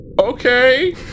Okay